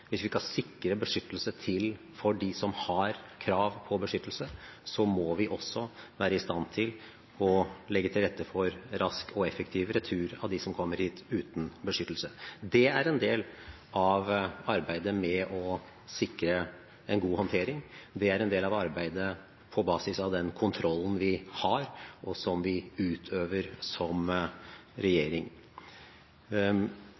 hvis vi skal sikre beskyttelse for dem som har krav på beskyttelse, må vi også være i stand til å legge til rette for rask og effektiv retur av dem som kommer hit uten krav på beskyttelse. Det er en del av arbeidet med å sikre en god håndtering. Det er en del av arbeidet på basis av den kontrollen vi har, og som vi utøver som regjering.